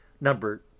number